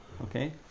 Okay